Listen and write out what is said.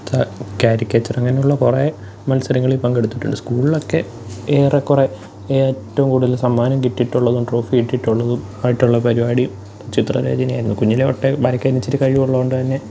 ക ക്യാരിക്കേച്ചറങ്ങനുള്ള കുറേ മത്സരങ്ങളില് പങ്കെടുത്തിട്ടുണ്ട് സ്കൂളിളൊക്കെ ഏറെക്കുറെ ഏറ്റവും കൂടുതൽ സമ്മാനം കിട്ടിയിട്ടുള്ളതും ട്രോഫി കിട്ടിയിട്ടുള്ളതും ആയിട്ടുള്ള പരിപാടീം ചിത്രരചനയായിരുന്നു കുഞ്ഞിലേ തൊട്ടേ വരയ്ക്കാൻ ഇച്ചിരി കഴിവുള്ളതുകൊണ്ടുതന്നെ